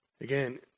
Again